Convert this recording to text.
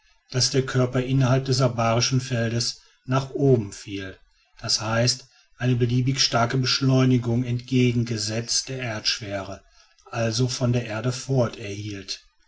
daß die körper innerhalb des abarischen feldes nach oben fielen das heißt eine beliebig starke beschleunigung entgegengesetzt der erdschwere also von der erde fort erhielten